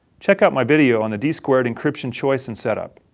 check out my video on the d squared encryption choice and setup.